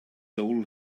soul